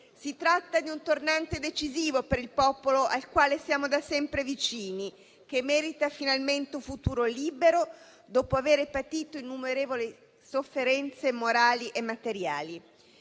Si tratta di un tornante decisivo per il popolo al quale siamo da sempre vicini, che merita finalmente un futuro libero, dopo aver patito innumerevoli sofferenze morali e materiali.